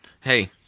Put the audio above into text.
Hey